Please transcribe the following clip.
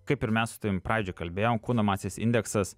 kaip ir mes su tavim pradžioj kalbėjom kūno masės indeksas